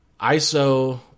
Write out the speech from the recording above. iso